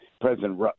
President